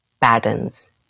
patterns